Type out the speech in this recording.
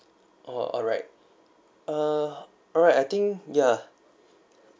orh alright err alright I think ya